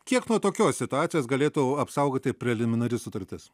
kiek nuo tokios situacijos galėtų apsaugoti preliminari sutartis